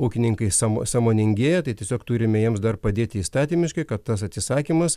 ūkininkai sąmo sąmoningėja tai tiesiog turime jiems dar padėti įstatymiškai kad tas atsisakymas